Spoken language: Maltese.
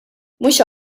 mhux